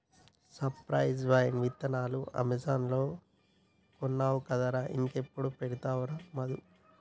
cypress vine విత్తనాలు Amazon లో కొన్నావు కదరా ఇంకా ఎప్పుడు పెడతావురా మధు